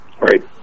Right